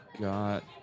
got